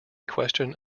question